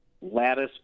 lattice